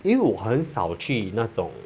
因为我很少去那种